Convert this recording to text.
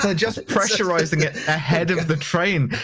yeah just pressurizing it ahead of the train,